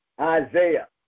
Isaiah